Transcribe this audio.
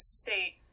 state